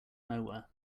nowhere